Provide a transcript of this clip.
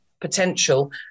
potential